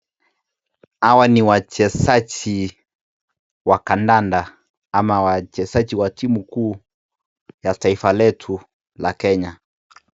Hawa ni wachezaji wa kandanda ama wachezaji wa timu kuu ya taifa letu la Kenya.